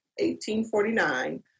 1849